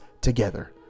together